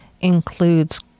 includes